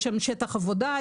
יש שם שטח עבודה,